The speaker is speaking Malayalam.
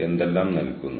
എത്ര ഞാൻ നിക്ഷേപിക്കണം